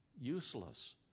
useless